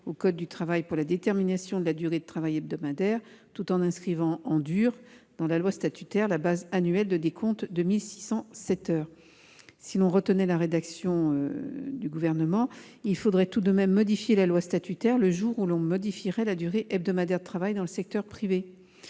au code du travail pour la détermination de la durée de travail hebdomadaire, tout en inscrivant dans le « dur » de la loi statutaire la base annuelle de décompte de 1 607 heures. Si l'on retenait la rédaction du Gouvernement, il faudrait modifier la loi statutaire le jour où l'on modifierait la durée hebdomadaire de travail dans le secteur privé.